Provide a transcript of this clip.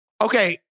Okay